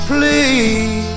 Please